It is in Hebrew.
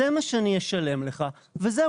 זה מה שאני אשלם לך וזהו.